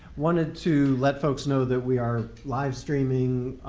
wanted to let folks know that we are live streaming